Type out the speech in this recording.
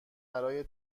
برای